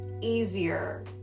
easier